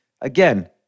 Again